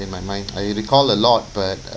in my mind I recall a lot but uh